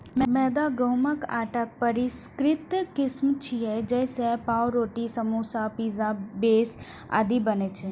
मैदा गहूंमक आटाक परिष्कृत किस्म छियै, जइसे पावरोटी, समोसा, पिज्जा बेस आदि बनै छै